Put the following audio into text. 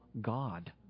God